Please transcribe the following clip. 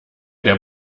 der